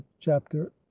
chapter